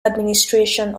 administration